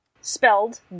spelled